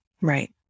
right